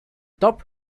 top